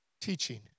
teaching